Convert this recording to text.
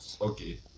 okay